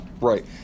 Right